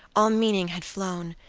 all meaning had flown,